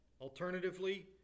Alternatively